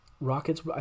Rockets